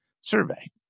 survey